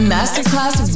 Masterclass